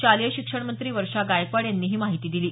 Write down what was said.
शालेय शिक्षणमंत्री वर्षा गायकवाड यांनी ही माहिती दिली